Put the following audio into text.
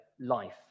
life